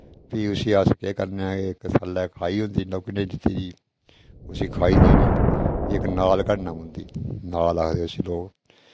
फ्ही उसी अस केह् करने इक थल्लै खाई होंदी लोह्की नेही दित्ती दी उसी खाई देनी इक नाल घड़ने पौंदी नाल आखदे उसी लोक